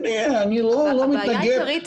אני לא מתנגד לשום דבר.